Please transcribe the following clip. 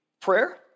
prayer